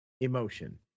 emotion